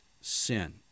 sin